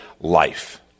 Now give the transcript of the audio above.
Life